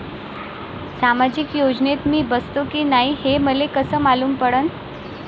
सामाजिक योजनेत मी बसतो की नाय हे मले कस मालूम पडन?